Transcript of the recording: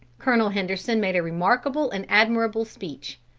colonel henderson made a remarkable and admirable speech.